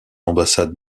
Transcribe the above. ambassade